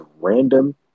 random